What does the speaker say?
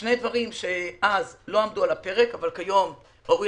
שני דברים שאז לא עמדו על הפרק אבל כיום ראוי